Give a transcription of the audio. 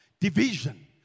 division